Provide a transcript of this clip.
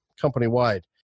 company-wide